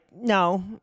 no